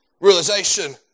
realization